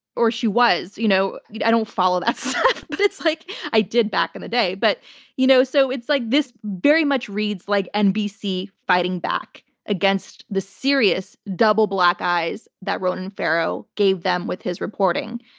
or she was. you know yeah i don't follow that so but stuff. like i did back in the day. but you know so it's like this very much reads like nbc fighting back against the serious double black eyes that ronan farrow gave them with his reporting.